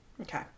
Okay